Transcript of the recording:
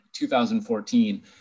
2014